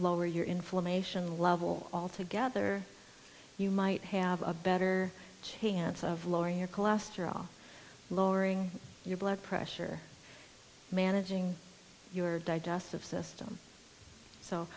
lower your inflammation level all together you might have a better chance of lowering your cholesterol lowering your blood pressure managing your digestive system so